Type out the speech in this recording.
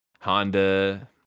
Honda